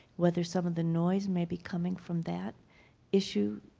whether some of the noise may be coming from that issue,